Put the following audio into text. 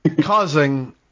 Causing